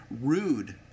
Rude